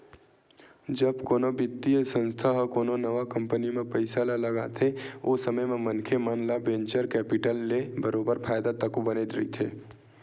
जब कोनो बित्तीय संस्था ह कोनो नवा कंपनी म पइसा ल लगाथे ओ समे म मनखे मन ल वेंचर कैपिटल ले बरोबर फायदा तको बने रहिथे